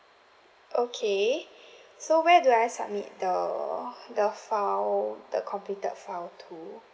okay so where do I submit the the file the completed file to